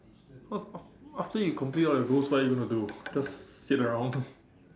af~ af~ after you complete all your goals what are you going to do just sit around